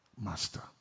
Master